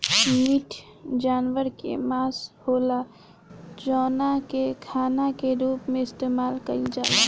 meat जानवर के मांस होला जवना के खाना के रूप में इस्तेमाल कईल जाला